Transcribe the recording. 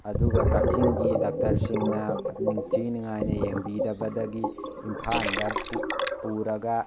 ꯑꯗꯨꯒ ꯀꯛꯆꯤꯡꯒꯤ ꯗꯣꯛꯇꯔꯁꯤꯡꯅ ꯅꯤꯡꯊꯤ ꯅꯤꯡꯉꯥꯏꯅ ꯌꯦꯡꯕꯤꯗꯕꯒꯤ ꯏꯝꯐꯥꯜꯗ ꯄꯨꯔꯒ